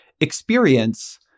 experience